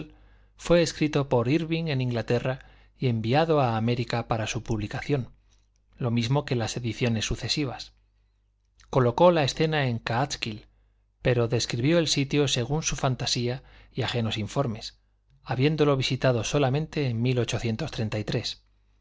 fué escrito por írving en inglaterra y enviado a américa para su publicación lo mismo que las ediciones sucesivas colocó la escena en káatskill pero describió el sitio según su fantasía y ajenos informes habiéndolo visitado solamente en